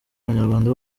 abanyarwanda